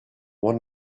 one